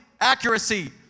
accuracy